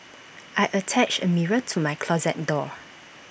I attached A mirror to my closet door